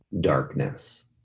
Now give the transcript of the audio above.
darkness